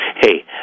hey